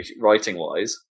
writing-wise